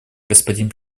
господин